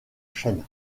chaîne